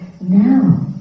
Now